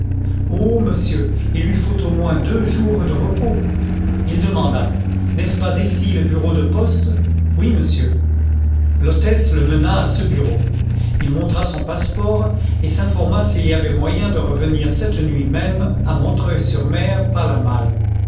monsieur il lui faut au moins deux jours de repos il demanda n'est-ce pas ici le bureau de poste oui monsieur l'hôtesse le mena à ce bureau il montra son passeport et s'informa s'il y avait moyen de revenir cette nuit même à montreuil sur mer par la malle